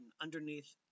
underneath